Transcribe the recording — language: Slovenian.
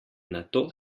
nato